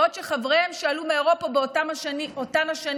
בעוד חבריהם שעלו מאירופה באותן השנים